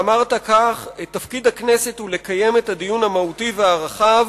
ואמרת כך: "תפקיד הכנסת הוא לקיים את הדיון המהותי והרחב,